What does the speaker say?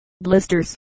blisters